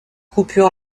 coupure